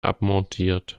abmontiert